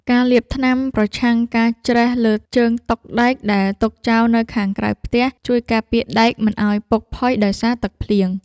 ការលាបថ្នាំប្រឆាំងការច្រេះលើជើងតុដែកដែលទុកចោលនៅខាងក្រៅផ្ទះ ជួយការពារដែកមិនឱ្យពុកផុយដោយសារទឹកភ្លៀង។